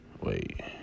Wait